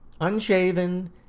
Unshaven